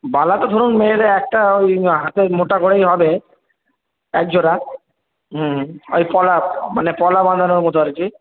বালা তো ধরুন মেয়ের একটা ওই হাতের মোটা করেই হবে এক জোড়া হুম আর পলা মানে পলা বাঁধানোর মতো আর কি